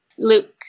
Luke